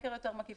לסקר יותר מקיף,